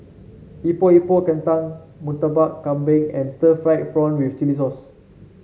Epok Epok Kentang Murtabak Kambing and Stir Fried Prawn with Chili Sauce